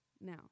Now